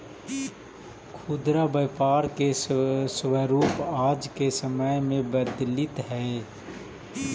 खुदरा व्यापार के स्वरूप आज के समय में बदलित हइ